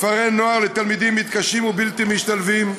כפרי נוער לתלמידים מתקשים ובלתי משתלבים,